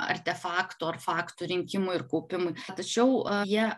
artefaktų ar faktų rinkimui ir kaupimui tačiau jie